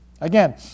Again